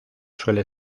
suele